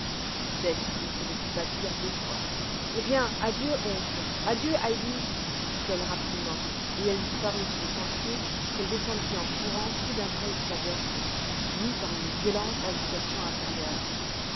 se le fit pas dire deux fois eh bien adieu oncle adieu heidi dit-elle rapidement et elle disparut sur le sentier qu'elle descendit en courant tout d'un trait jusqu'à drfli mue par une violente agitation intérieure